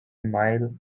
mile